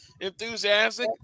enthusiastic